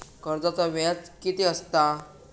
कर्जाचा व्याज कीती असता?